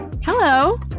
Hello